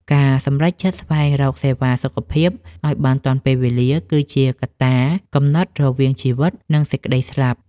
ការសម្រេចចិត្តស្វែងរកសេវាសុខភាពឱ្យបានទាន់ពេលវេលា គឺជាកត្តាកំណត់រវាងជីវិត និងសេចក្តីស្លាប់។